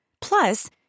Plus